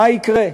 מה יקרה.